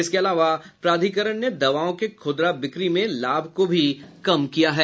इसके अलावा प्राधिकरण ने दवाओं के खुदरा बिक्री में लाभ को भी कम किया है